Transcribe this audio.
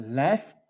left